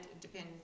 depend